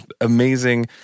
amazing